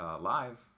live